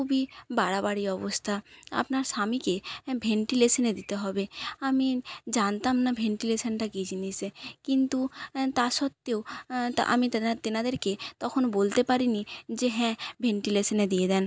খুবই বাড়াবাড়ি অবস্থা আপনার স্বামীকে ভেন্টিলেশানে দিতে হবে আমি জানতাম না ভেন্টিলেশানটা কী জিনিসে কিন্তু তা সত্ত্বেও আমি তেনাদেরকে তখন বলতে পারি নি যে হ্যাঁ ভেন্টিলেশানে দিয়ে দেন